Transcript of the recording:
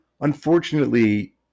Unfortunately